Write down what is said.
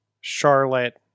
Charlotte